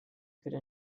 could